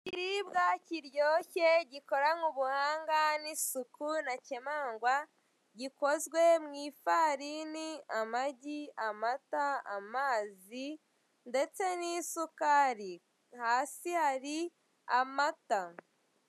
Ikiribwa kiryoshye gikorarye ubuhanga n'isuku ntakemangwa, gikozwe mu ifarini, amagi, amata, amazi ndetse n'isukari, hasi hari amata.